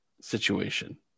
situation